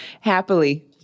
Happily